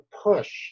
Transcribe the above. push